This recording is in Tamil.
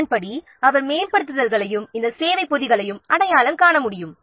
அதன்படி அவர் மேம்படுத்தல்களையும் சேவை பொதிகளையும் அடையாளம் காண முடியும்